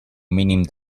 mínim